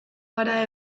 gara